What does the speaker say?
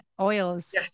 oils